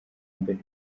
mbere